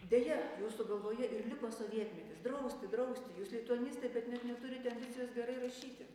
deja jūsų galvoje ir liko sovietmetis drausti drausti jūs lituanistai bet net neturite ambicijos gerai rašyti